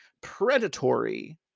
predatory